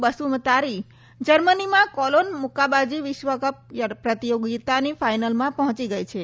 બસુમતારી જર્મનીમાં કોલોન મુક્કાબાજી વિશ્વકપ પ્રતિયોગિતાની ફાઈનલમાં પહોંચી ગઈ છે